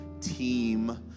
team